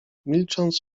milcząc